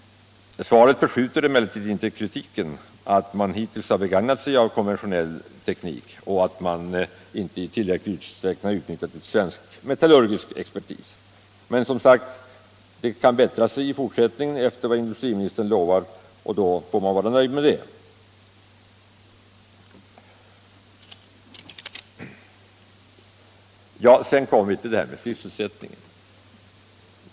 Svaret förskjuter emellertid inte kritiken att man hittills har begagnat sig av konventionell teknik och att man inte i tillräcklig utsträckning har utnyttjat svensk metallurgisk expertis. Men som sagt, det kan bättra sig i fortsättningen efter vad industriministern lovar, och då får man vara nöjd med det. Sedan kommer vi till detta med sysselsättningen.